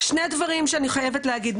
שני דברים שאני חייבת להגיד.